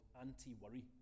anti-worry